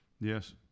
Yes